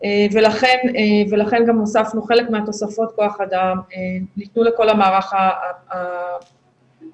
ולכן גם חלק מתוספות כוח האדם ניתנו לכל המערך הפנימי,